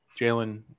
Jalen